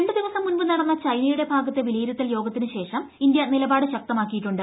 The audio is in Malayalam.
രണ്ട് ദിവസം മുമ്പ് നടന്ന ചൈനയുടെ ഭാഗത്തെ വിലയിരുത്തൽ യോഗത്തിന് ശേഷം ഇന്ത്യ നിലപാട് ശക്തമാക്കിയിട്ടുണ്ട്